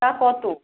চা কত